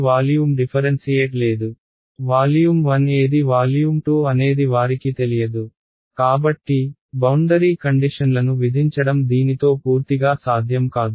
volume 1 ఏది volume 2 అనేది వారికి తెలియదు కాబట్టి బౌండరీ కండిషన్లను విధించడం దీనితో పూర్తిగా సాధ్యం కాదు